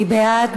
מי בעד?